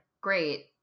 great